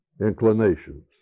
inclinations